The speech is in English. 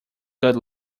good